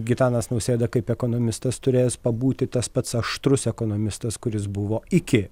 gitanas nausėda kaip ekonomistas turės pabūti tas pats aštrus ekonomistas kuris buvo iki